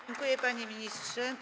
Dziękuję, panie ministrze.